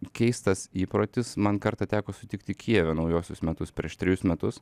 keistas įprotis man kartą teko sutikti kijeve naujuosius metus prieš trejus metus